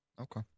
okay